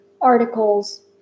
articles